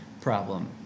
problem